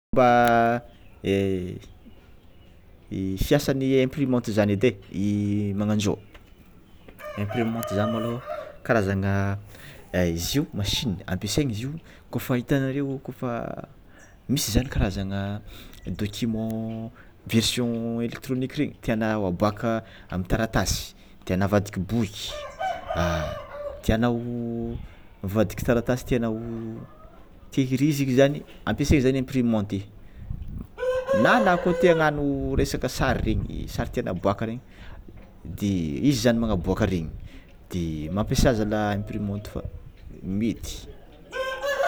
Mba fiasan'y imprimanty zany de magnanzô, imprimanty zany môlô karazagna izy io machine ampiasaina izy io kôfa hitanareo kôfa misy zany karazagna document version éléctronique regny tiànao aboaka amy taratasy tiànao avadiky boky, tiànao avadiky taratasy, tenao tehirizigna zany ampiasiagna zany imprimente na ana kô te hagnano resaka sary regny sary tiàgna habôaka regny, de izy izany magnabôaka regny de mampiasa zala imprimante fa mety.